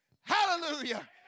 Hallelujah